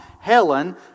Helen